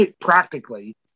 practically